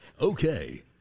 Okay